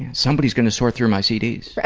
somebody's gonna sort through my cd's.